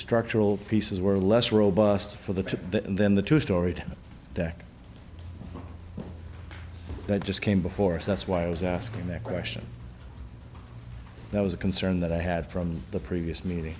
structural pieces were less robust for the then the two story to back that just came before so that's why i was asking that question that was a concern that i had from the previous me